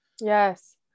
Yes